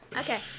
okay